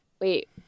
wait